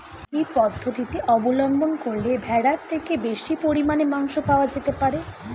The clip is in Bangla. কি পদ্ধতিতে অবলম্বন করলে ভেড়ার থেকে বেশি পরিমাণে মাংস পাওয়া যেতে পারে?